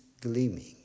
gleaming